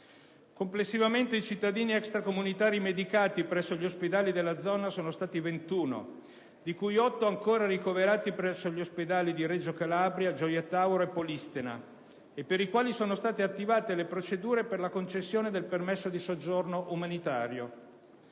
Complessivamente, i cittadini extracomunitari medicati presso gli ospedali della zona sono stati 21, di cui 8 ancora ricoverati presso gli ospedali di Reggio Calabria, Gioia Tauro e Polistena e per i quali sono state attivate le procedure per la concessione del permesso di soggiorno umanitario.